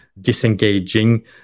disengaging